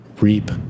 reap